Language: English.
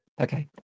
okay